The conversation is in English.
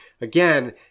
Again